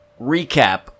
recap